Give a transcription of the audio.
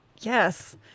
Yes